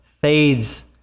fades